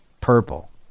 purple